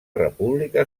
república